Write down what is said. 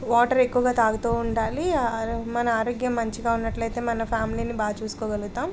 water ఎక్కువగా తాగుతు ఉండాలి మన ఆరోగ్యం మంచిగా ఉన్నట్లయితే మన ఫ్యామిలీని బాగా చూసుకోగలుగుతాం